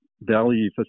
value